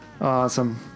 awesome